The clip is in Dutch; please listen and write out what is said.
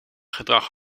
gedrag